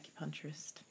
acupuncturist